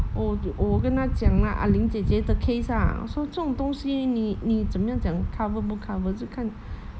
我我跟她讲 lah ah ling 姐姐的 case lah 我说这种东西你你怎样讲是 cover 不 cover 是看